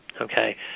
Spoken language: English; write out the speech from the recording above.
Okay